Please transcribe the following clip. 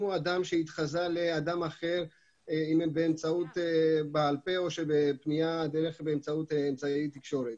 אם הוא אדם שהתחזה לאדם אחר בעל פה או בפנייה באמצעי תקשורת